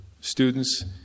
students